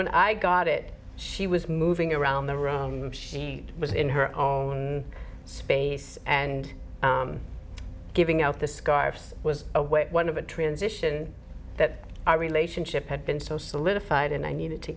when i got it she was moving around the room she was in her own space and giving out the scarves was a way one of a transition that our relationship had been so solidified and i needed to